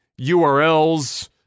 URLs